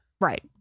Right